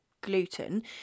gluten